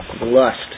lust